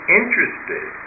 interested